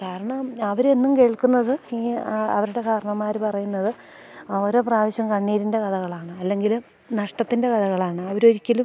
കാരണം അവരെന്നും കേൾക്കുന്നത് ഈ അവരുടെ കാരണവന്മാർ പറയുന്നത് ഓരോ പ്രാവശ്യം കണ്ണീരിൻ്റെ കഥകളാണ് അല്ലെങ്കിൽ നഷ്ടത്തിൻ്റെ കഥകളാണ് അവരൊരിക്കലും